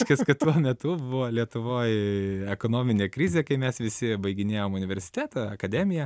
reiškias kad tuo metu buvo lietuvoj ekonominė krizė kai mes visi baiginėjom universitetą akademiją